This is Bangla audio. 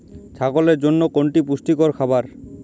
ছাগলের জন্য কোনটি পুষ্টিকর খাবার?